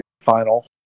final